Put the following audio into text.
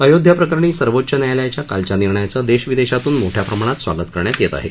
अयोध्या प्रकरणी सर्वोच्च न्यायालयाच्या कालच्या निर्णयाचं देश विदेशातून मोठ्या प्रमाणात स्वागत करण्यात येत आहे